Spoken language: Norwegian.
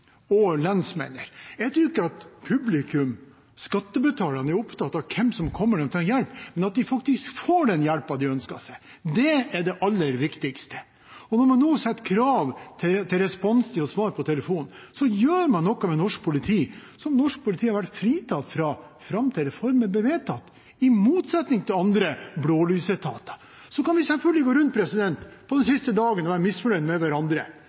og lensmenn. Jeg tror ikke at publikum – skattebetalerne – er opptatt av hvem som kommer når de trenger hjelp, men at de faktisk får den hjelpen de ønsker seg. Det er det aller viktigste. Og når man nå setter krav til responstid og svar på telefonen, gjør man noe med norsk politi som norsk politi har vært fritatt for fram til reformen ble vedtatt, i motsetning til andre blålysetater. Vi kan selvfølgelig gå rundt denne siste dagen og være misfornøyd med hverandre.